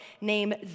named